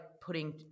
putting